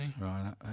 right